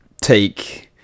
take